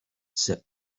said